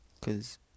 cause